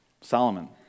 Solomon